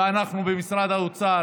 ואנחנו במשרד האוצר.